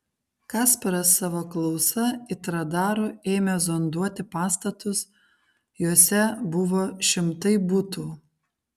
kasparas savo klausa it radaru ėmė zonduoti pastatus juose buvo šimtai butų